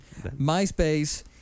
MySpace